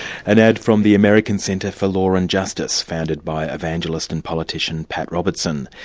an ad from the american centre for law and justice, founded by evangelist and politician, pat robertson.